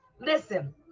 Listen